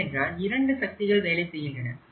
ஏனென்றால் இரண்டு சக்திகள் வேலை செய்கின்றன